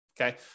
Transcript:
Okay